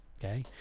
Okay